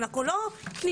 אנחנו לא פנימייה.